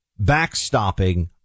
backstopping